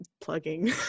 plugging